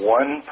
one